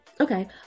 Okay